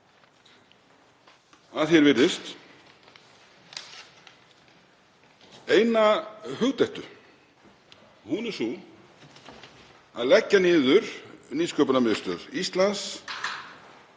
að því er virðist eina hugdettu. Hún er sú að leggja niður Nýsköpunarmiðstöð Íslands